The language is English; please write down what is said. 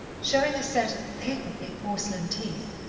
showing a set of patently porcelain teeth,